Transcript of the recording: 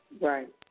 right